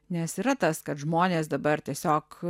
nes yra tas kad žmonės dabar tiesiog